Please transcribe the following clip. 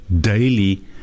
daily